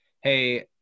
hey